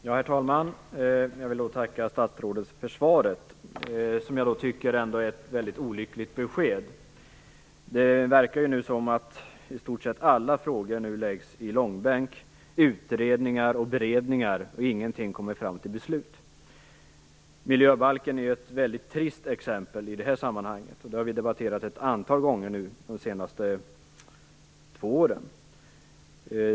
Herr talman! Jag vill tacka statsrådet för svaret, som jag tycker ändå innebär ett olyckligt besked. Det verkar nu som om i stort sett alla frågor läggs i långbänk, i utredningar och beredningar utan att man kommer fram till ett beslut. Miljöbalken är ett väldigt trist exempel i det här sammanhanget. Det har vi debatterat ett antal gånger de senaste två åren.